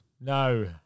No